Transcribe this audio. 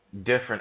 different